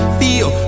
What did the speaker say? feel